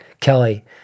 Kelly